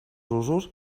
usos